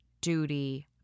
duty